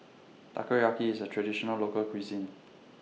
Takoyaki IS A Traditional Local Cuisine